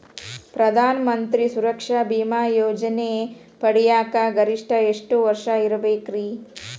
ಪ್ರಧಾನ ಮಂತ್ರಿ ಸುರಕ್ಷಾ ಭೇಮಾ ಯೋಜನೆ ಪಡಿಯಾಕ್ ಗರಿಷ್ಠ ಎಷ್ಟ ವರ್ಷ ಇರ್ಬೇಕ್ರಿ?